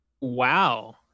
wow